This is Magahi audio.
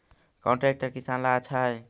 कौन ट्रैक्टर किसान ला आछा है?